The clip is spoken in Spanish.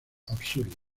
absurdo